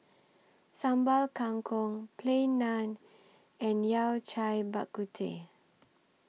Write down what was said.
Sambal Kangkong Plain Naan and Yao Cai Bak Kut Teh